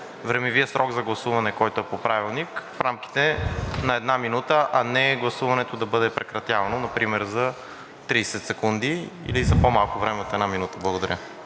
времевият срок за гласуване, който е по Правилник, в рамките на една минута, а не гласуването да бъде прекратявано например за 30 секунди или за по-малко време от една минута. Благодаря.